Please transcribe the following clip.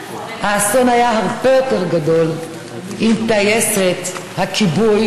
האסון היה הרבה יותר גדול אם טייסת הכיבוי